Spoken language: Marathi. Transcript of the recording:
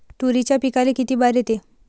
तुरीच्या पिकाले किती बार येते?